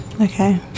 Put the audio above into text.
Okay